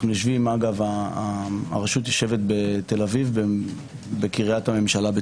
היא יושבת בתל-אביב, בקריית הממשלה.